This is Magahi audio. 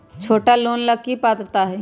छोटा लोन ला की पात्रता है?